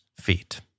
feet